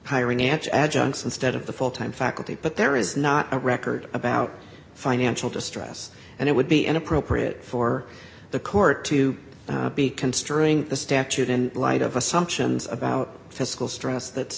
manch adjuncts instead of the full time faculty but there is not a record about financial distress and it would be inappropriate for the court to be considering the statute in light of assumptions about fiscal stress